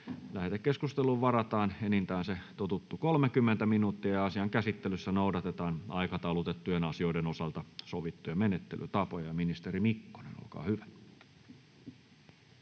Lähetekeskusteluun varataan enintään 30 minuuttia. Asian käsittelyssä noudatetaan aikataulutettujen asioiden osalta sovittuja menettelytapoja. — Ministeri Mikkonen, olkaa hyvä.